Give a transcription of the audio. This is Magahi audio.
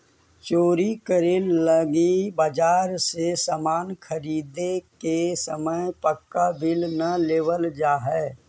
चोरी करे लगी बाजार से सामान ख़रीदे के समय पक्का बिल न लेवल जाऽ हई